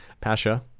Pasha